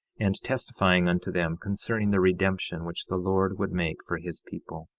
and testifying unto them concerning the redemption which the lord would make for his people,